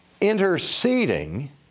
interceding